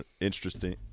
interesting